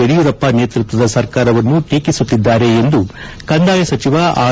ಯಡಿಯೂರಪ್ಪ ನೇತೃತ್ವದ ಸರ್ಕಾರವನ್ನು ಟೀಕಿಸುತ್ತಿದ್ದಾರೆ ಎಂದು ಕಂದಾಯ ಸಚಿವ ಆರ್